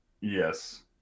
Yes